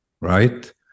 right